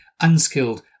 unskilled